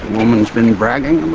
woman's been bragging